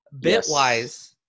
Bitwise